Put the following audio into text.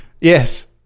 yes